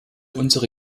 unsere